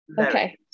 Okay